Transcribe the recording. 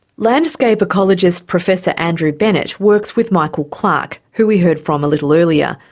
landscape ecologist, professor andrew bennett, works with michael clarke, who we heard from a little earlier,